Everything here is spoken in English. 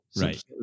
Right